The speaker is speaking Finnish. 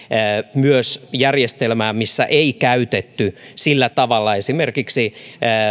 myös järjestelmään missä ei käytetty sillä tavalla esimerkiksi